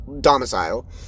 domicile